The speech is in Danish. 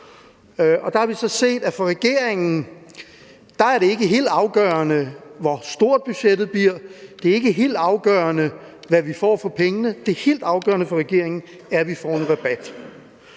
for regeringen ikke er helt afgørende, hvor stort budgettet bliver, at det ikke er helt afgørende, hvad vi får for pengene, men at det er helt afgørende for regeringen, at vi får en rabat.